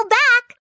back